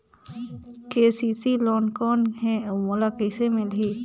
KCC loan कौन हे अउ मोला कइसे मिलही?